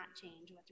change